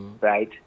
right